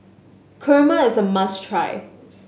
kurma is a must try